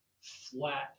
flat